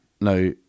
now